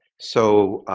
so,